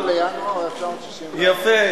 1 בינואר 1964. יפה,